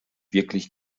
wirklich